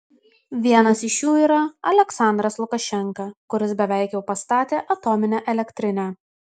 vienas iš jų yra aliaksandras lukašenka kuris beveik jau pastatė atominę elektrinę